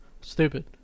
Stupid